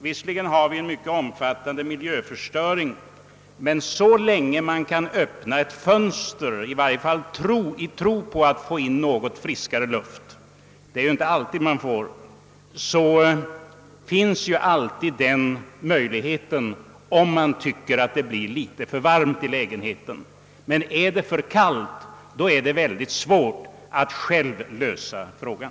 Visserligen har vi en mycket omfattande miljöförstöring, men så länge man kan öppna ett fönster i varje fall i tron på att få in något friskare luft — det är ju inte alltid man får det — så finns ju den möjligheten om man tycker att det är litet för varmt i lägenheten. Men är det för kallt är det väldigt svårt att själv lösa frågan.